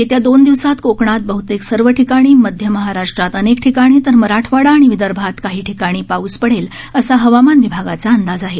येत्या दोन दिवसात कोकणात बहतेक सर्व ठिकाणी मध्य महाराष्ट्रात अनेक ठिकाणी तर मराठवाडा आणि विदर्भात काही ठिकाणी पाऊस पडेल असा हवामान विभागाचा अंदाज आहे